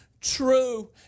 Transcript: true